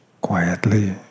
quietly